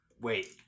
Wait